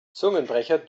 zungenbrecher